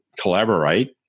collaborate